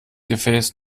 gefäß